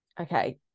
okay